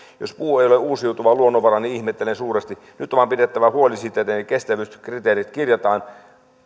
jos puu ei ole uusiutuva luonnonvara niin ihmettelen suuresti nyt on vain pidettävä huoli siitä että ne kestävyyskriteerit kirjataan